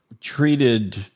treated